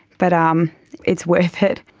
but um it's worth it.